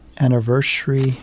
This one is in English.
anniversary